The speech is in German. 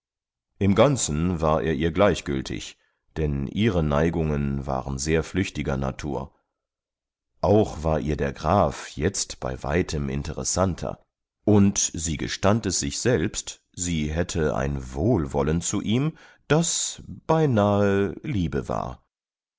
im ganzen war er ihr gleichgültig denn ihre neigungen waren sehr flüchtiger natur auch war ihr der graf jetzt bei weitem interessanter und sie gestand es sich selbst sie hätte ein wohlwollen zu ihm das beinahe liebe war